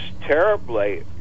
terribly